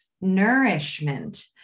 nourishment